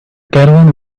caravan